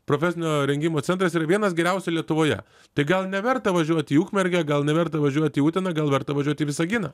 profesinio rengimo centras yra vienas geriausių lietuvoje tai gal neverta važiuot į ukmergę gal neverta važiuoti į uteną gal verta važiuot į visaginą